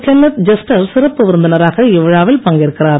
Kenneth Juster சிறப்பு விருந்தினராக இவ்விழாவில் பங்கேற்கிறார்